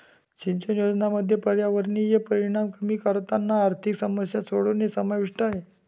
सिंचन योजनांमध्ये पर्यावरणीय परिणाम कमी करताना आर्थिक समस्या सोडवणे समाविष्ट आहे